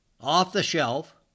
off-the-shelf